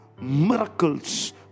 miracles